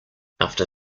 after